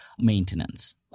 maintenance